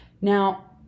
now